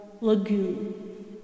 lagoon